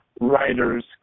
writers